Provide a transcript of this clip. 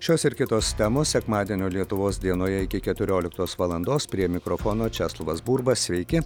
šios ir kitos temos sekmadienio lietuvos dienoje iki keturioliktos valandos prie mikrofono česlovas burba sveiki